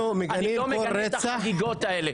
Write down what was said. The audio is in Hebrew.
אני לא מגנה את החגיגות האלה.